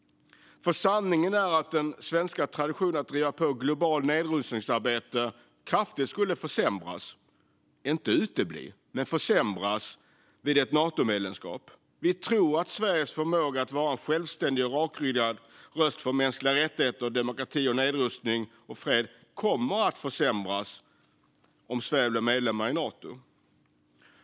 Sanningen är ju att den svenska traditionen att driva på globalt nedrustningsarbete kraftigt skulle försämras, om än inte utebli, vid ett Natomedlemskap. Vi tror att Sveriges förmåga att vara en självständig och rakryggad röst för mänskliga rättigheter, demokrati, nedrustning och fred kommer att försämras om Sverige blir medlem i Nato.